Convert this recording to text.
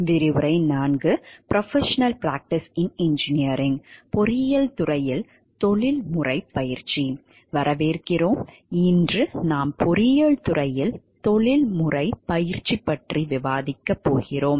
வரவேற்கிறோம் இன்று நாம் பொறியியல் துறையில் தொழில்முறை பயிற்சி பற்றி விவாதிக்கப் போகிறோம்